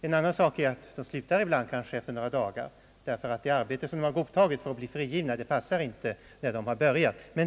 En annan sak är att de ibland slutar efter några dagar, därför att de inte trivs med arbetet.